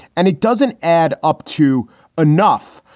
and it doesn't add up to enough.